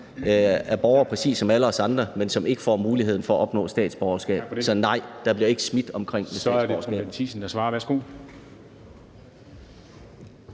er borgere præcis som alle os andre, men som ikke får muligheden for at opnå statsborgerskab. Så nej, der er ikke nogen, der smider om sig med statsborgerskaber.